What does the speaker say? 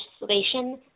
legislation